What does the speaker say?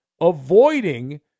avoiding